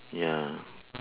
ya